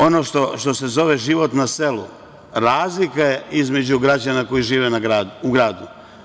Ono što se zove život na selu razlika je između građana koji žive u gradu.